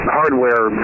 hardware